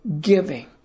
giving